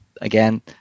again